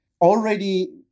already